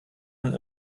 von